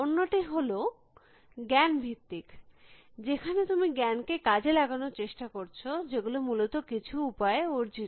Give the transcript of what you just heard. অন্যটি হল জ্ঞান ভিত্তিক যেখানে তুমি জ্ঞানকে কাজে লাগানোর চেষ্টা করছ যেগুলো মূলত কিছু উপায়ে অর্জিত